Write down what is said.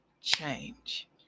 change